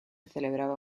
celebraba